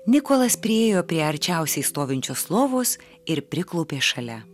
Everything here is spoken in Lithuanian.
nikolas priėjo prie arčiausiai stovinčios lovos ir priklaupė šalia